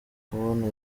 kubona